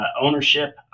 ownership